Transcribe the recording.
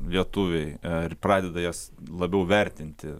lietuviai ir pradeda jas labiau vertinti